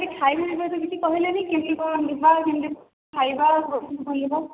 ଆଚ୍ଛା ଖାଇବାପାଇଁ କିଛି କହିଲେନି କେମିତି କଣ ଯିବା କେମିତି କଣ ଖାଇବା କିଛି କହିଲେନି